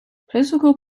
political